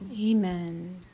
Amen